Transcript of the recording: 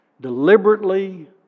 deliberately